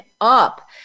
up